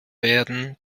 werden